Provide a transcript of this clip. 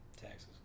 taxes